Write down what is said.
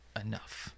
enough